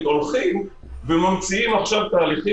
ואולי רמאויות הרבה יותר.